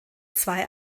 zwei